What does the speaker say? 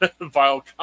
vile